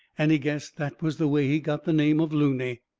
and he guessed that was the way he got the name of looney.